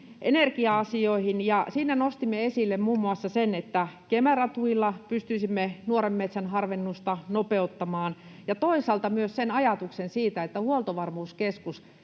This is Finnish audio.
energia-asioihin, ja siinä nostimme esille muun muassa sen, että Kemera-tuilla pystyisimme nuoren metsän harvennusta nopeuttamaan, ja toisaalta myös ajatuksen siitä, että Huoltovarmuuskeskus